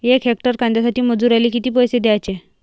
यक हेक्टर कांद्यासाठी मजूराले किती पैसे द्याचे?